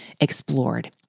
explored